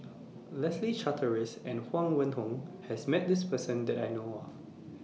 Leslie Charteris and Huang Wenhong has Met This Person that I know of